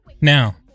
Now